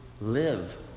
live